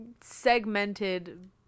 segmented